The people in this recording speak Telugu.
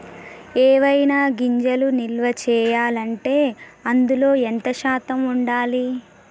ఏవైనా గింజలు నిల్వ చేయాలంటే అందులో ఎంత శాతం ఉండాలి?